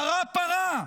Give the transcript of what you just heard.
פרה-פרה,